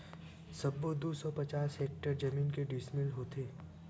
सबो दू सौ पचास हेक्टेयर जमीन के डिसमिल होथे?